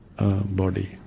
body